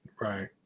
right